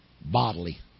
Bodily